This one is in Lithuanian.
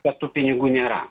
kad tų pinigų nėra